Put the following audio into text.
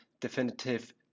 Definitive